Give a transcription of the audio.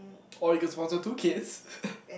oh or you can sponsor two kids